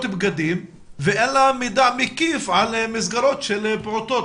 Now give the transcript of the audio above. בגדים ואין לה מידע מקיף על מסגרות של פעוטות.